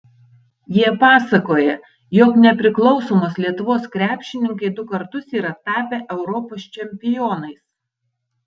jie pasakoja jog nepriklausomos lietuvos krepšininkai du kartus yra tapę europos čempionais